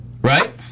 Right